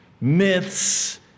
Myths